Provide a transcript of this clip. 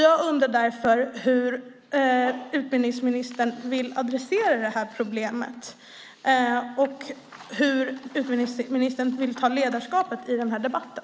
Jag undrar därför hur utbildningsministern vill adressera det här problemet och hur utbildningsministern vill ta ledarskapet i den här debatten.